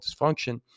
dysfunction